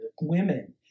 women